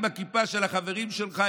עם הכיפה של החברים שלך,